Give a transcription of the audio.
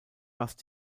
fast